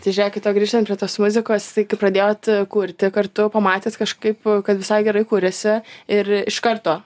tai žiūrėkit o grįžtant prie tos muzikos tai kai pradėjot kurti kartu pamatėt kažkaip kad visai gerai kuriasi ir iš karto